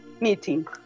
meeting